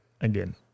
again